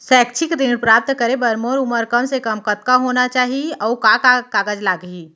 शैक्षिक ऋण प्राप्त करे बर मोर उमर कम से कम कतका होना चाहि, अऊ का का कागज लागही?